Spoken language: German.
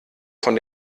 von